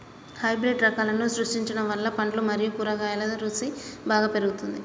hybrid రకాలను సృష్టించడం వల్ల పండ్లు మరియు కూరగాయల రుసి బాగా పెరుగుతుంది